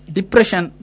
Depression